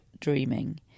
dreaming